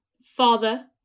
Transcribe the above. father